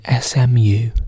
SMU